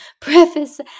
preface